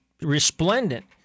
resplendent